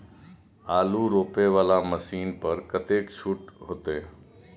आलू रोपे वाला मशीन पर कतेक छूट होते?